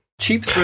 Cheap